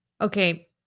Okay